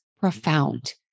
profound